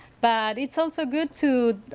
but it's also good to